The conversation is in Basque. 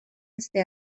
beste